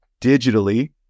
digitally